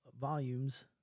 volumes